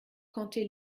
compter